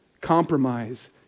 Compromise